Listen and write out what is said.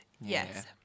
yes